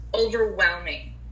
overwhelming